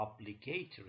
obligatory